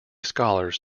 scholars